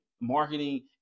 marketing